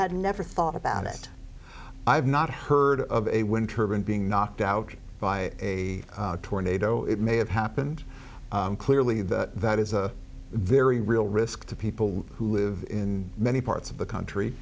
had never thought about it i've not heard of a wind turbine being knocked out by a tornado it may have happened clearly that that is a very real risk to people who live in many parts of the country